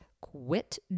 quit